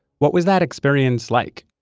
what was that experience like?